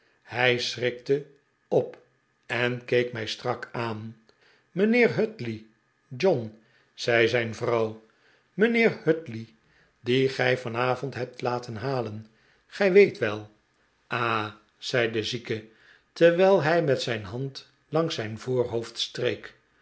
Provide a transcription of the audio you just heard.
hij schrikte op en keek mij strak aan mijnheer hutley john zei zijn vrouw mijnheer hutley dien gij van avond hebt laten halen gij weet wel ahi zei de zieke terwijl hij met zijn hand langs zijn voorhoofd streek